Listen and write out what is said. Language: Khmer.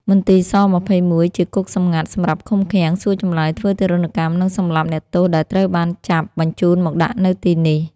មន្ទីរ ស-២១ជាគុកសម្ងាត់សម្រាប់ឃុំឃាំង សួរចម្លើយ ធ្វើទារុណកម្ម និងសម្លាប់អ្នកទោសដែលត្រូវបានចាប់ បញ្ជូនមកដាក់នៅទីនេះ៖ ។